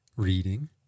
reading